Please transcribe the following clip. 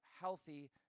healthy